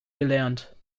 gelernt